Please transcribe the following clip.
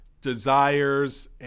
desires